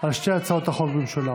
על שתי הצעות החוק במשולב.